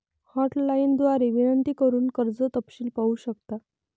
hotline द्वारे विनंती करून कर्ज तपशील पाहू शकता